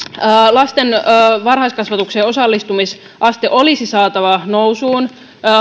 lasten varhaiskasvatuksen osallistumisaste olisi saatava nousuun